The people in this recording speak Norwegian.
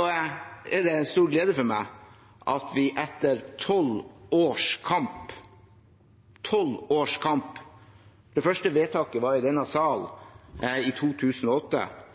er en stor glede for meg at vi etter tolv års kamp – det første vedtaket var i denne salen i 2008